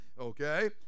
okay